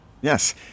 Yes